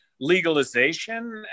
legalization